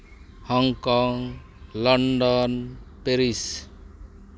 Hong Kong London Paris